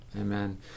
Amen